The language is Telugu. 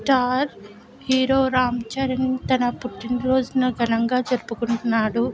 స్టార్ హీరో రామ్చరణ్ తన పుట్టిన్రోజున ఘనంగా జరుపుకుంటున్నాడు